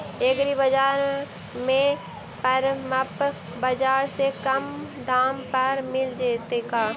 एग्रीबाजार में परमप बाजार से कम दाम पर मिल जैतै का?